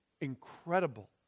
incredible